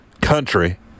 country